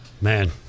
Man